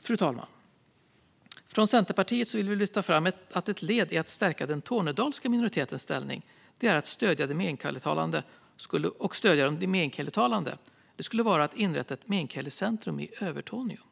Fru talman! Från Centerpartiet vill vi lyfta fram att ett led i att stärka den tornedalska minoritetens ställning och stödja de meänkielitalande skulle vara att inrätta ett meänkielicentrum i Övertorneå.